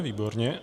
Výborně.